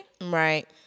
Right